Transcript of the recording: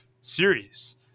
series